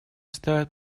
ставит